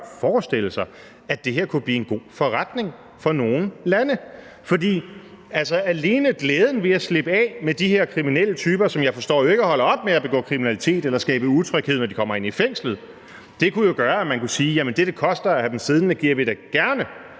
godt forestille sig, at det her kunne blive en god forretning for nogle lande. For alene glæden ved at slippe af med de her kriminelle typer, som jeg jo forstår ikke holder op med at begå kriminalitet eller skabe utryghed, når de kommer ind i fængslet, kunne gøre, at man kunne sige, at det, det koster at have dem siddende, giver vi da gerne